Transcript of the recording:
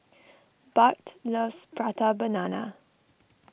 Bart loves Prata Banana